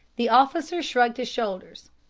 the officer shrugged his shoulders.